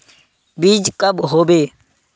बीज कब होबे?